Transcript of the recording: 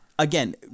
Again